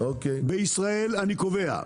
אני קובע,